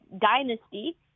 dynasty